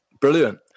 Brilliant